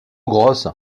grosse